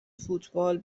فوتبال